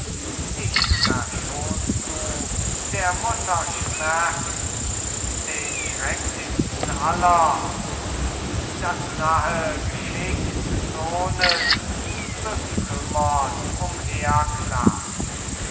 nicht verschonst du der mutter schmerz den schrecklichsten aller die das nahe geschick des sohnes bekümmert umher klagt